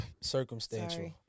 circumstantial